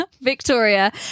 Victoria